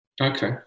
Okay